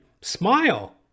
smile